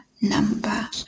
number